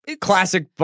classic